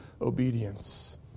obedience